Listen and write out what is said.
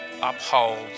uphold